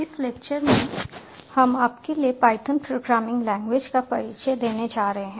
इस लेक्चर में हम आपके लिए पायथन प्रोग्रामिंग लैंग्वेज का परिचय देने जा रहे हैं